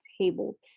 table